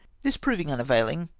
this proving un availing,